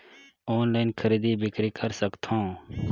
Online खरीदी बिक्री कर सकथव?